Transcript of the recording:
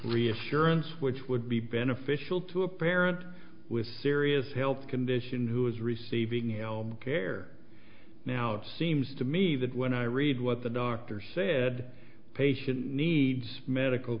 reassurance which would be beneficial to a parent with serious health condition who is receiving care now it seems to me that when i read what the doctor said patient needs medical